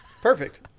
perfect